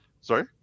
Sorry